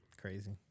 Crazy